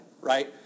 right